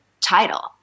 title